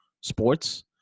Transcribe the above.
sports